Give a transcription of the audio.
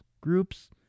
groups